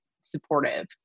supportive